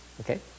okay